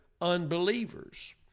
unbelievers